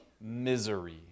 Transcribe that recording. misery